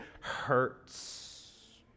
hurts